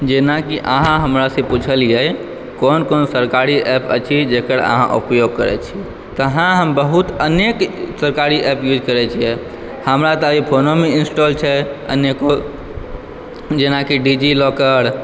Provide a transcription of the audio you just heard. जेनाकि अहाँ हमरासँ पुछलिए कोन कोन सरकारी एप अछि जकर अहाँ उपयोग करै छी तऽ हाँ हम बहुत अनेक सरकारी एप यूज करै छिए हमरा तऽ एहि फोनोमे इन्सटॉल छै अनेको जेनाकि डी जी लॉकर